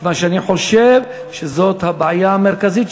כיוון שאני חושב שזו הבעיה המרכזית,